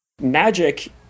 Magic